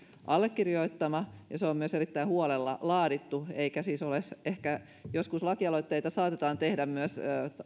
allekirjoittama ja se on myös erittäin huolella laadittu eikä siis ole ehkä joskus lakialoitteita saatetaan tehdä myös